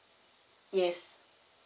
yes